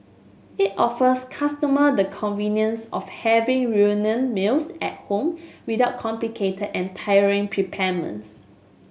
it offers customer the convenience of having reunion meals at home without complicated and tiring